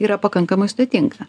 yra pakankamai sudėtinga